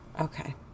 Okay